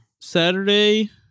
Saturday